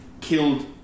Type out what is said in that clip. killed